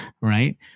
right